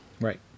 Right